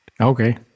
Okay